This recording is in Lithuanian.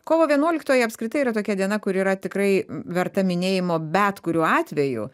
kovo vienuoliktoji apskritai yra tokia diena kuri yra tikrai verta minėjimo bet kuriuo atveju